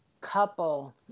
couple